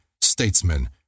statesman